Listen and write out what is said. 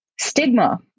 stigma